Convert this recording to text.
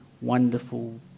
wonderful